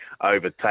overtake